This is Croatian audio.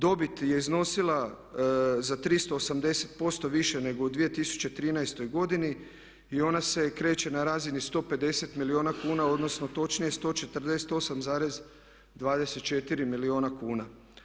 Dobit je iznosila za 380% više nego u 2013. godini i ona se kreće na razini 150 milijuna kuna odnosno točnije 148,24 milijuna kuna.